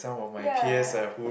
ya